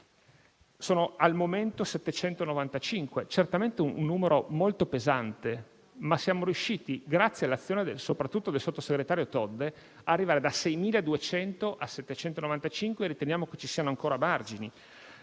e al momento sono 795; certamente un numero molto pesante, ma siamo riusciti, soprattutto grazie all'azione del sottosegretario Todde, ad arrivare da 6.200 a 795 e riteniamo che ci siano ancora margini.